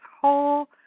whole